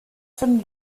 von